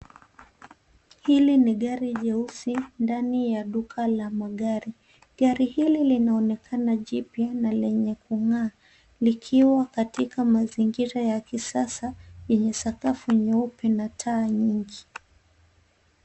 Hili ni gari jeusi ndani ya duka la magari. Gari hili linaonekana jipya na lenye kungaa . Likiwa katika mazingira ya kisasa yenye sakafu nyeupe na taa nyingi.